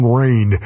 rain